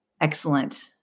Excellent